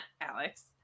Alex